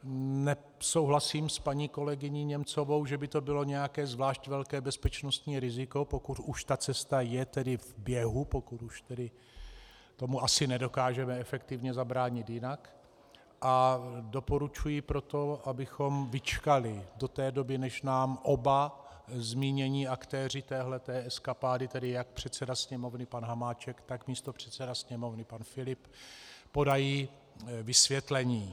Nesouhlasím s paní kolegyní Němcovou, že by to bylo nějaké zvlášť velké bezpečnostní riziko, pokud už ta cesta je v běhu, pokud už tomu nedokážeme efektivně zabránit jinak, a doporučuji proto, abychom vyčkali do té doby, než nám oba zmínění aktéři této eskapády, tedy jak předseda Sněmovny pan Hamáček, tak místopředseda Sněmovny pan Filip, podají vysvětlení.